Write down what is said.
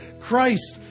Christ